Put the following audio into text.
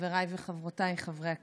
חבריי וחברותיי חברי הכנסת,